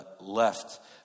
left